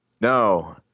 No